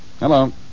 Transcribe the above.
Hello